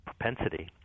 propensity